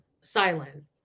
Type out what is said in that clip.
silent